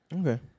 Okay